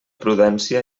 prudència